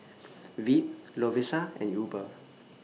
Veet Lovisa and Uber